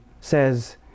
says